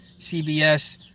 CBS